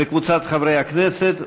וקבוצת חברי הכנסת.